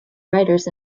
writers